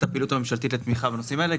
הפעילות הממשלתית לתמיכה בנושאים האלה,